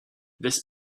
this